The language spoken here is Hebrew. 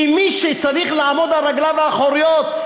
כי מי שצריך לעמוד על רגליו האחוריות,